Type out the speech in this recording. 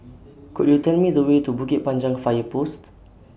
Could YOU Tell Me The Way to Bukit Panjang Fire Post